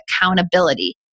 accountability